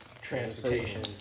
transportation